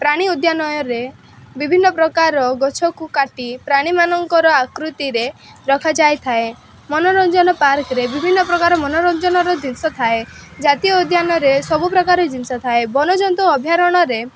ପ୍ରାଣୀ ଉଦ୍ୟାନରେ ବିଭିନ୍ନ ପ୍ରକାର ଗଛକୁ କାଟି ପ୍ରାଣୀ ମାନଙ୍କର ଆକୃତିରେ ରଖାଯାଇଥାଏ ମନୋରଞ୍ଜନ ପାର୍କରେ ବିଭିନ୍ନ ପ୍ରକାର ମନୋରଞ୍ଜନର ଜିନିଷ ଥାଏ ଜାତୀୟ ଉଦ୍ୟାନରେ ସବୁ ପ୍ରକାର ଜିନିଷ ଥାଏ ବନ୍ୟଜନ୍ତୁ ଅଭୟାରଣ୍ୟରେ